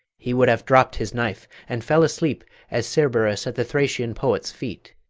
he would have dropp'd his knife, and fell asleep, as cerberus at the thracian poet's feet.